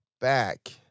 back